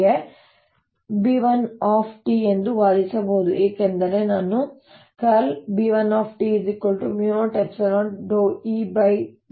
ಮತ್ತೊಮ್ಮೆ ನಾನು ಈಗ B₁ ಎಂದು ವಾದಿಸಬಹುದು ಏಕೆಂದರೆ ನಾನು B₁ 00E∂t ಗೆ ಸಮನಾಗಿರುತ್ತದೆ